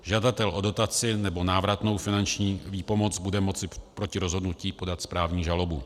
Žadatel o dotaci nebo návratnou finanční výpomoc bude moci proti rozhodnutí podat správní žalobu.